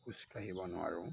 খোজকাঢ়িব নোৱাৰোঁ